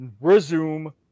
Resume